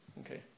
okay